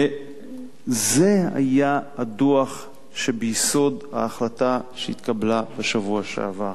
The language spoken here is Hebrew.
וזה היה הדוח שביסוד ההחלטה שהתקבלה בשבוע שעבר.